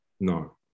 No